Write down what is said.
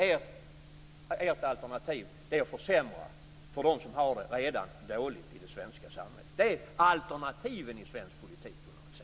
Ert alternativ är att försämra för dem som redan har det dåligt i det svenska samhället. De är alternativen i svensk politik, Gunnar Axén.